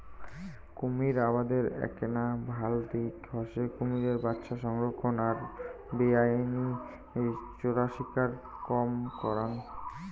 কুমীর আবাদের এ্যাকনা ভাল দিক হসে কুমীরের বাচ্চা সংরক্ষণ আর বেআইনি চোরাশিকার কম করাং